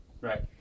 Right